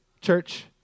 Church